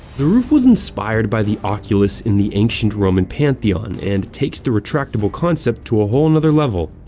the roof was inspired by the oculus in the ancient roman pantheon and takes the retractable concept to a whole and other level.